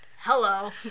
Hello